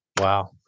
Wow